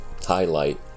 highlight